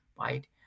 right